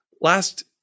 last